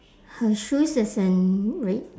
her shoes is in red